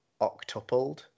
octupled